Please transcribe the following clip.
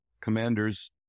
commanders